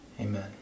Amen